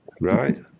right